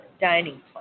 dining